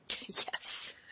Yes